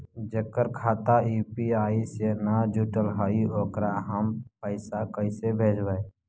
जेकर खाता यु.पी.आई से न जुटल हइ ओकरा हम पैसा कैसे भेजबइ?